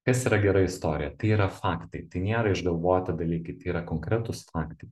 kas yra gera istorija tai yra faktai nėra išgalvoti dalykai tai yra konkretūs faktai